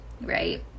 right